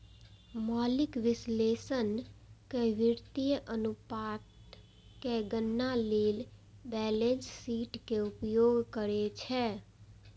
मौलिक विश्लेषक वित्तीय अनुपातक गणना लेल बैलेंस शीट के उपयोग करै छै